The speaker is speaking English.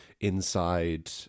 inside